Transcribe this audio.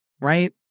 right